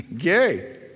Yay